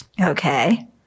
Okay